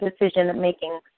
decision-making